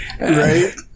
Right